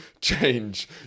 change